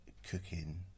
cooking